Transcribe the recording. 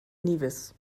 nevis